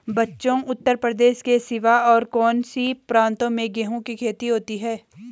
बच्चों उत्तर प्रदेश के सिवा और कौन से प्रांतों में गेहूं की खेती होती है?